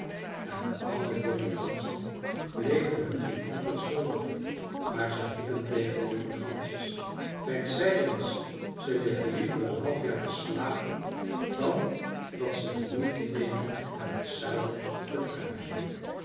en de oude wilde ganzen bleven hun geen antwoord schuldig maar ze riepen tegen de jonge gansjes kijk zij eens ze liggen liever een half jaar te slapen dan dat ze de moeite nemen naar t zuiden te verhuizen